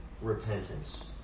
repentance